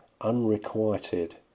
unrequited